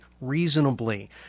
reasonably